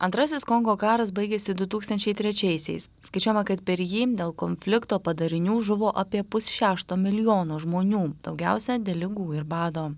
antrasis kongo karas baigėsi du tūkstančiai trečiaisiais skaičiuojama kad per jį dėl konflikto padarinių žuvo apie pusšešto milijono žmonių daugiausiai dėl ligų ir bado